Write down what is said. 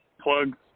plugs